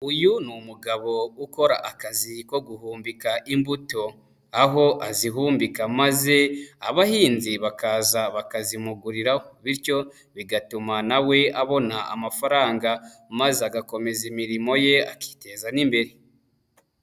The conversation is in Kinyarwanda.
Uyu ni umugabo ukora akazi ko guhumbika imbuto, aho azihumbika maze abahinzi bakaza bakazimuguriraho bityo bigatuma na we abona amafaranga, maze agakomeza imirimo ye akiteza n'imbere.